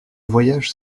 voyage